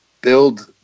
build